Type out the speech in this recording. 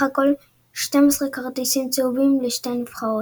הכל 12 כרטיסים צהובים לשתי הנבחרות.